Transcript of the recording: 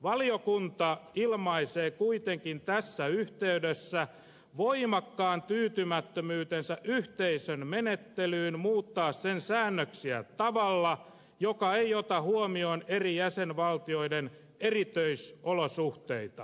valiokunta ilmaisee kuitenkin tässä yhteydessä voimakkaan tyytymättömyytensä yhteisön menettelyyn muuttaa sen säännöksiä tavalla joka ei ota huomioon eri jäsenvaltioiden erityisolosuhteita